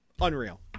Unreal